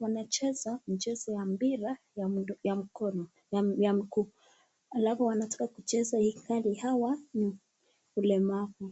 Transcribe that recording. wanacheza mchezo wa mpira ya mguu halafu wanataka kucheza ilhali hao ni walemavu.